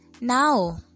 Now